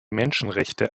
menschenrechte